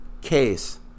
case